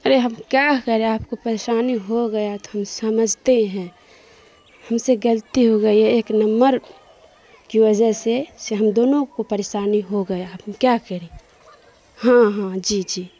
ارے ہم کیا کریں آپ کو پریشانی ہو گیا تو ہم سمجھتے ہیں ہم سے غلتی ہو گئی ہے ایک نمّر کی وجہ سے سے ہم دونوں کو پریشانی ہو گیا ہے ہم کیا کریں ہاں ہاں جی جی